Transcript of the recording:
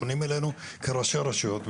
פונים אלינו כראשי רשויות,